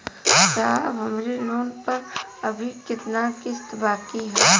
साहब हमरे लोन पर अभी कितना किस्त बाकी ह?